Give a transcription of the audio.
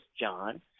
John